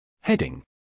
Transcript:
Heading